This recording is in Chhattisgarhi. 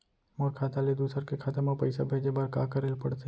मोर खाता ले दूसर के खाता म पइसा भेजे बर का करेल पढ़थे?